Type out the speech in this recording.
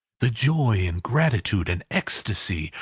the joy, and gratitude, and ecstasy!